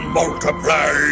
multiply